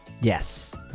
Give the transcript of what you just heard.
yes